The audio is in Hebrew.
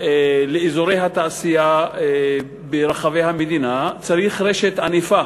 לאזורי התעשייה ברחבי המדינה צריך רשת ענפה